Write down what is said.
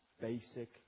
basic